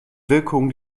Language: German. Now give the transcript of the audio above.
wirkungen